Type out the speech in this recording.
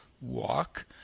walk